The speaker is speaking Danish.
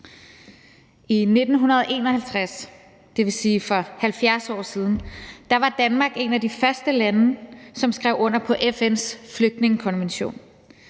I 1951, dvs. for 70 år siden, var Danmark et af de første lande, der skrev under på FN's flygtningekonvention.